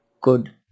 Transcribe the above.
good